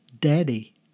Daddy